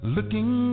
Looking